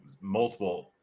multiple